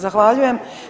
Zahvaljujem.